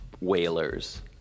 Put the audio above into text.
whalers